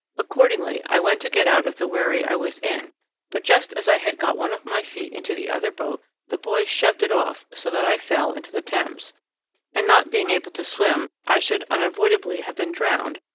accordingly i went to get out of the wherry i was in but just as i had got one of my feet into the other boat the boys shoved it off, so that i fell into the thames and, not being able to swim, i should unavoidably have been drowned,